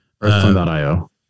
Earthfund.io